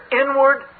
inward